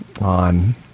On